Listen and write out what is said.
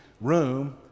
room